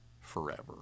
forever